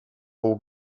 pół